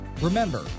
Remember